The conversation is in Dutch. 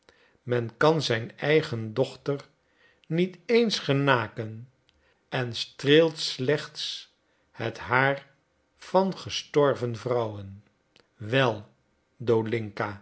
men kan zijn eigen dochter niet eens genaken en streelt slechts het haar van gestorven vrouwen wel